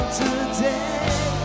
today